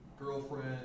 girlfriend